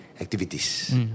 activities